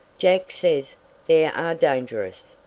jack says there are dangerous.